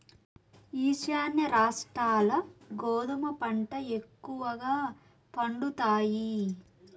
ఈశాన్య రాష్ట్రాల్ల గోధుమ పంట ఎక్కువగా పండుతాయి